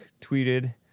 tweeted